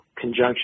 conjunction